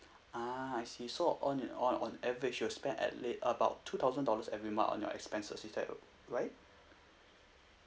ah I see so on and on on average you'll spend at least about two thousand dollars every month on your expenses is that right